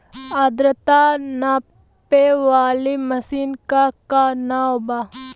आद्रता नापे वाली मशीन क का नाव बा?